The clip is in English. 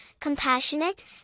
compassionate